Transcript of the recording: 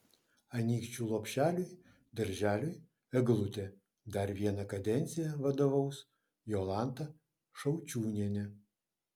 anykščių lopšeliui darželiui eglutė dar vieną kadenciją vadovaus jolanta šaučiūnienė